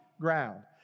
ground